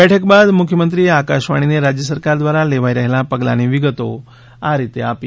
બેઠક બાદ મુખ્યમંત્રીએ આકાશવાણીને રાજ્ય સરકાર દ્વારા લેવાઈ રહેલાં પગલાંની વિગતો આ રીતે આપી